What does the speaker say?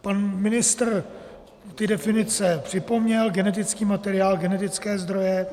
Pan ministr definice připomněl genetický materiál, genetické zdroje.